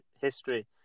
history